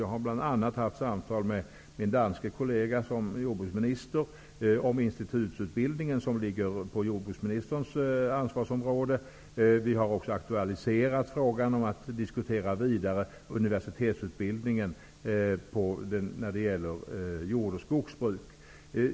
Jag har bl.a. haft samtal med min danske kollega om institutsutbildningen, som hör till jordbruksministerns ansvarsområde. Vi har också aktualiserat frågan om att diskutera universitetsutbildningen vidare när det gäller jordoch skogsbruk.